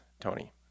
Tony